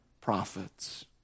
prophets